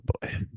boy